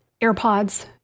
AirPods